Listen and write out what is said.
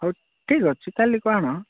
ହଉ ଠିକ୍ ଅଛି କାଲିକୁ ଆଣ